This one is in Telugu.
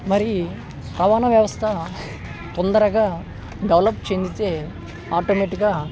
మరి రవాణా వ్యవస్థ తొందరగా డెవలప్ చెందితే ఆటోమేటిక్గా